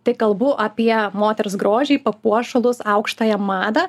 tai kalbu apie moters grožį papuošalus aukštąją madą